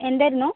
എന്തായിരുന്നു